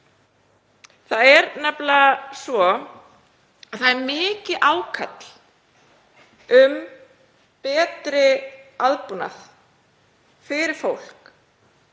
Það er nefnilega svo að það er mikið ákall um betri aðbúnað fyrir fólk